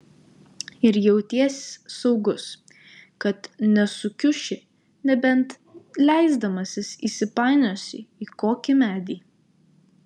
ir jauties saugus kad nesukiuši nebent leisdamasis įsipainiosi į kokį medį